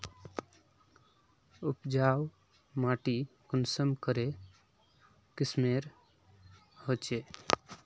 उपजाऊ माटी कुंसम करे किस्मेर होचए?